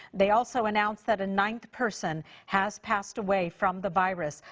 they also announced that a ninth person has passed away from the virus.